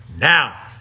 Now